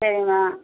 சரிம்மா